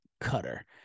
cutter